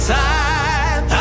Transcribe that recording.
time